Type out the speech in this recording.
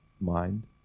mind